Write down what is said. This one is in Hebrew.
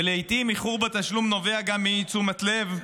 ולעיתים איחור בתשלום נובע גם מאי-תשומת לב,